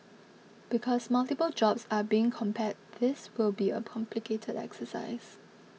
because multiple jobs are being compared this will be a exercise